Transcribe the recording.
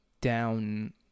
down